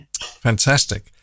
Fantastic